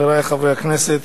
חברי חברי הכנסת,